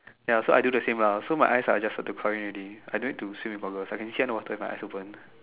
ya so I do the same lah so my eyes are adjusted to the problem already I no need to swim with goggles I can swim with my eyes open